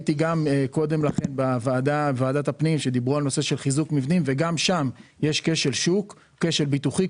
גם בעניין של חיזוק מבנים יש כשל שוק, כשל ביטוחי,